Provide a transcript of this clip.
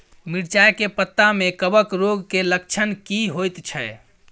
मिर्चाय के पत्ता में कवक रोग के लक्षण की होयत छै?